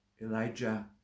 Elijah